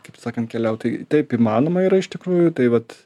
kaip sakant keliaut tai taip įmanoma yra iš tikrųjų tai vat